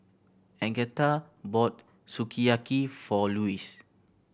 Agatha bought Sukiyaki for Lewis